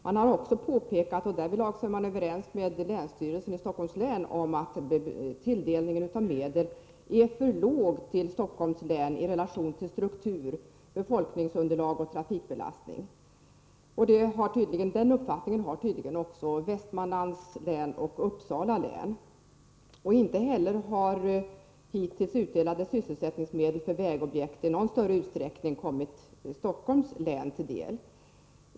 Man har också påpekat — och därvidlag är man överens med länsstyrelsen i Stockholms län — att tilldelningen av medel till Stockholms län är för låg i relation till struktur, befolkningsunderlag och trafikbelastning. Den uppfattningen har tydligen också Västmanlands län och Uppsala län. Inte heller har hittills utdelade sysselsättningsmedel för vägobjekt i någon större utsträckning kommit Stockholms län till del.